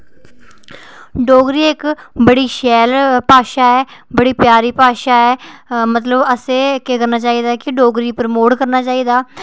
डोगरी इक्क बड़ी प्यारी भाशा ऐ बड़ी शैल भाशा ऐ ते असें केह् करना चाहिदा मतलब की डोगरी गी प्रमोट करना चाहिदा